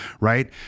Right